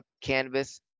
canvas